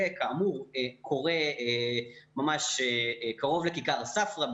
זה כאמור קורה ממש קרוב לכיכר ספרא,